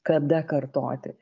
kada kartoti